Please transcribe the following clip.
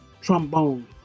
trombone